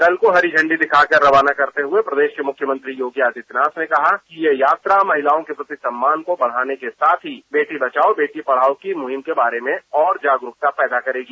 दल को हरी झंडी दिखाकर रवाना करते हुए प्रदेश के मुख्यमंत्री योगी आदित्यनाथ ने कहा कि ये यात्रा महिलाओं के प्रति सम्मान को बढ़ाने के साथ ही बेटी बचाओ बेटी पढ़ाओ की मुहिम के बारे में और जागरुकता पैदा करेगी